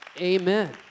Amen